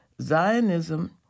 Zionism